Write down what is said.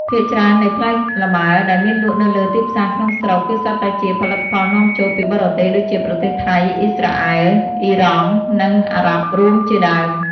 ភាគច្រើននៃផ្លែលម៉ើដែលមានលក់នៅលើទីផ្សារក្នុងស្រុក គឺសុទ្ធតែជា ផលិតផលនាំចូល ពីបរទេស ដូចជាប្រទេសថៃ អុីស្រាអែល អុីរ៉ង់ និងអារ៉ាប់រួមជាដើម។